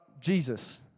Jesus